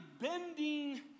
bending